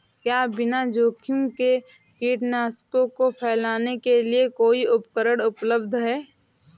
क्या बिना जोखिम के कीटनाशकों को फैलाने के लिए कोई उपकरण उपलब्ध है?